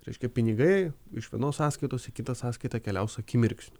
reiškia pinigai iš vienos sąskaitos į kitą sąskaitą keliaus akimirksniu